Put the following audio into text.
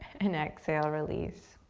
and exhale, release.